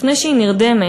לפני שהיא נרדמת,